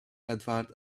edward